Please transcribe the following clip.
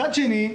מצד שני,